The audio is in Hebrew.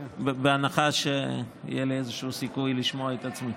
בהנחה שיהיה לי איזשהו סיכוי לשמוע את עצמי.